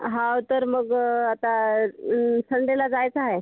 हां तर मग आता संडेला जायचं आहे